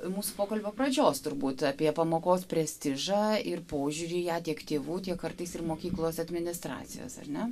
mūsų pokalbio pradžios turbūt apie pamokos prestižą ir požiūrį į ją tiek tėvų tiek kartais ir mokyklos administracijos ar ne